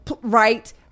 right